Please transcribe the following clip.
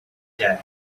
day